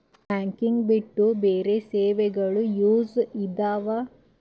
Banking ಬಿಟ್ಟು ಬೇರೆ ಸೇವೆಗಳು ಯೂಸ್ ಇದಾವ?